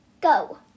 Go